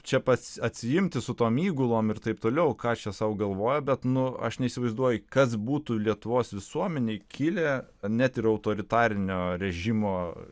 čia pat atsiimti su tom įgulom ir taip toliau ką čia sau galvoja bet nu aš neįsivaizduoju kas būtų lietuvos visuomenėj kilę net ir autoritarinio režimo